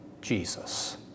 Jesus